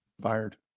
fired